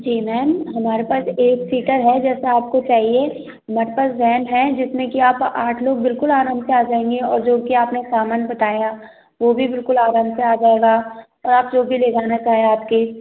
जी ma'am हमारे पास एक सीटर है जैसा आपको चाहिए हमारे पास वैन है जिसमें कि आप आठ लोग बिल्कुल आराम से आ जाएँगे और जो कि आपने सामान बताया वह भी बिल्कुल आराम से आ जाएगा और आप जो भी ले जाना चाहे आपके सर्दी